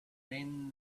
then